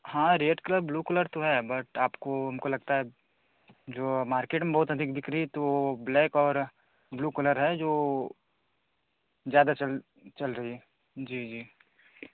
हाँ red colour blue colour तो है बट आपको हमको लगता है जो मार्केट में बहुत अधिक बिक रही तो ब्लैक और ब्लू कलर है जो ज़्यादा चल चल रही है जी जी